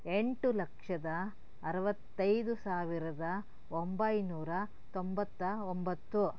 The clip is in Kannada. ಎಂಟು ಲಕ್ಷದ ಅರುವತ್ತೈದು ಸಾವಿರದ ಒಂಬೈನೂರ ತೊಂಬತ್ತ ಒಂಬತ್ತು